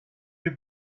you